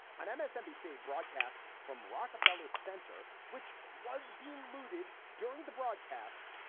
on msnbc broadcast from rockefeller center, which was being looted during the broadcast.